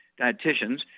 dietitians